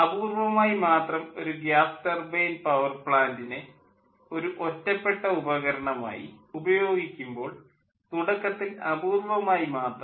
അപൂർവ്വമായി മാത്രം ഒരു ഗ്യാസ് ടർബൈൻ പവർ പ്ലാൻ്റിനെ ഒരു ഒറ്റപ്പെട്ട ഉപകരണമായി ഉപയോഗിക്കുമ്പോൾ തുടക്കത്തിൽ അപൂർവ്വമായി മാത്രം